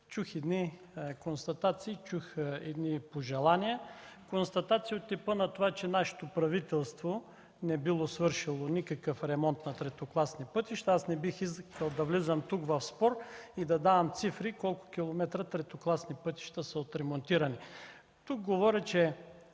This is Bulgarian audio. тук не чух такъв. Чух едни пожелания, констатации от типа на това, че нашето правителство не било свършило никакъв ремонт на третокласни пътища. Не бих искал да влизам тук в спор и да давам цифри колко километра третокласни пътища са ремонтирани. Тук говоря на